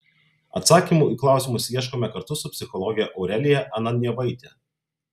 atsakymų į klausimus ieškome kartu su psichologe aurelija ananjevaite